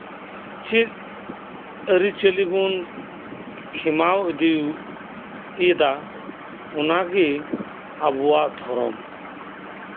ᱪᱮᱫ ᱟᱹᱨᱤᱪᱟᱹᱞᱤ ᱵᱚᱱ ᱠᱷᱮᱢᱟᱣ ᱤᱫᱤᱭᱮᱫᱟ ᱚᱱᱟᱜᱮ ᱟᱵᱚᱣᱟᱜ ᱫᱷᱚᱨᱚᱢ